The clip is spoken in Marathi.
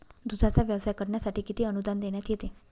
दूधाचा व्यवसाय करण्यासाठी किती अनुदान देण्यात येते?